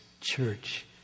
church